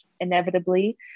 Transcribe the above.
inevitably